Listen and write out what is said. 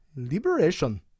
Liberation